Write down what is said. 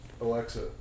Alexa